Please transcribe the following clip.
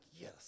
yes